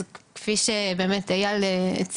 אז כפי שבאמת איל הציג,